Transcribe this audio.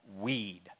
weed